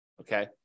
okay